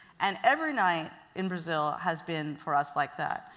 and every night in brazil has been for us like that.